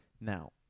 Now